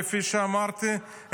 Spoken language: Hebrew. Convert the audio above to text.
כפי שאמרתי,